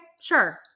sure